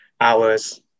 hours